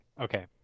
okay